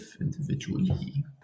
individually